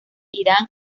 irán